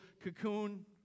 cocoon